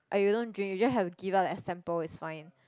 ah you don't drink you just have to give out that sample it's fine